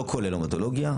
לא כולל המטולוגיה,